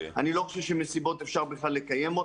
אני לא חושב שאפשר לקיים מסיבות.